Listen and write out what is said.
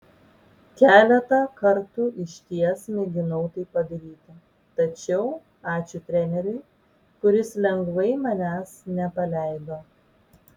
keletą kartų išties mėginau tai padaryti tačiau ačiū treneriui kuris lengvai manęs nepaleido